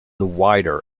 wider